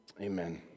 Amen